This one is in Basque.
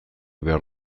behar